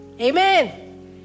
Amen